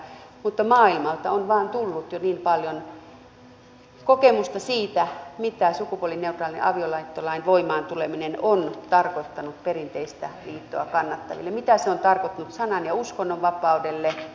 mutta maailmalta on vain tullut jo niin paljon kokemusta siitä mitä sukupuolineutraalin avioliittolain voimaan tuleminen on tarkoittanut perinteistä liittoa kannattaville ja mitä se on tarkoittanut sanan ja uskonnonvapaudelle